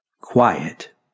Quiet